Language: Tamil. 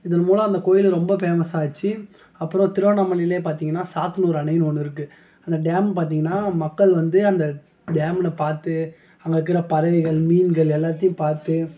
இதன் மூலம் அந்தக் கோயில் ரொம்ப பேமஸ் ஆச்சு அப்புறம் திருவண்ணாமலையில் பார்த்தீங்கன்னா சாத்தனூர் அணை ஒன்று இருக்கு அந்த டேம் பார்த்தீங்கன்னா மக்கள் வந்து அந்த டேம்மில் பார்த்து அங்கே இருக்கிற பறவைகள் மீன்கள் எல்லாத்தையும் பார்த்து